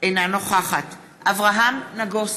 אינה נוכחת אברהם נגוסה,